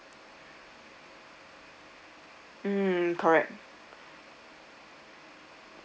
mm correct